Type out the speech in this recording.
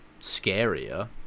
scarier